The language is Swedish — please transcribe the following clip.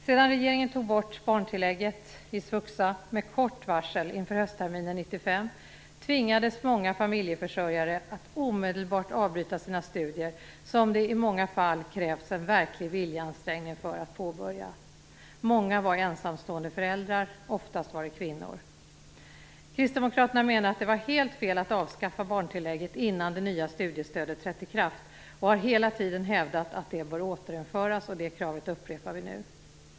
Sedan regeringen tog bort barntillägget i svuxa med kort varsel inför höstterminen 1995 tvingades många familjeförsörjare att omedelbart avbryta sina studier, som det i många fall krävts en verklig viljeansträngning för att påbörja. Många var ensamstående föräldrar, oftast kvinnor. Kristdemokraterna menar att det var helt fel att avskaffa barntillägget innan det nya studiestödet trätt i kraft och har hela tiden hävdat att det bör återinföras. Det kravet upprepar vi nu.